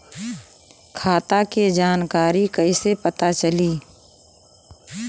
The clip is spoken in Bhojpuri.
खाता के जानकारी कइसे पता चली?